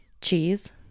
Cheese